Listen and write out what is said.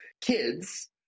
kids